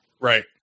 Right